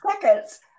seconds